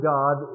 God